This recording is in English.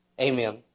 Amen